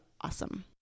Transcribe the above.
awesome